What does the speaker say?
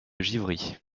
givry